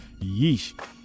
Yeesh